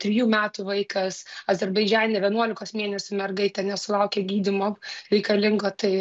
trijų metų vaikas azerbaidžane vienuolikos mėnesių mergaitė nesulaukė gydymo reikalingo tai